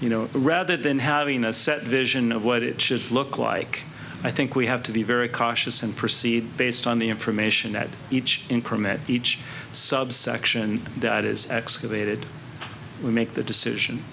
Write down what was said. you know rather than having a set vision of what it should look like i think we have to be very cautious and proceed based on the information that each increment each subsection that is excavated we make the decision